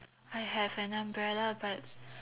I have an umbrella but